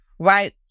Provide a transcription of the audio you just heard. Right